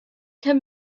can